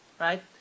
right